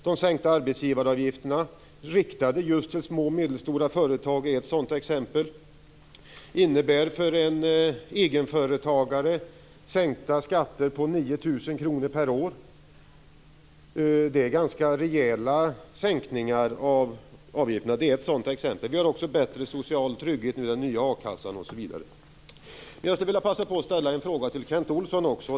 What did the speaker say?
De sänkta arbetsgivaravgifterna, riktade just till små och medelstora företag, är ett sådant exempel. För en egenföretagare innebär det sänkta skatter på 9 000 kr per år. Det är ganska rejäla sänkningar av avgifterna. Vi har också bättre social trygghet nu i den nya a-kassan osv. Olsson också.